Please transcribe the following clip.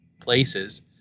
places